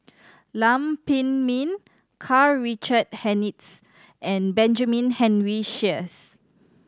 Lam Pin Min Karl Richard Hanitsch and Benjamin Henry Sheares